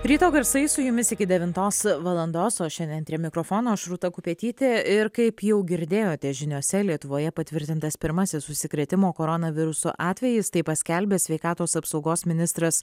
ryto garsai su jumis iki devintos valandos o šiandien prie mikrofono aš rūta kupetytė ir kaip jau girdėjote žiniose lietuvoje patvirtintas pirmasis užsikrėtimo koronaviruso atvejis tai paskelbė sveikatos apsaugos ministras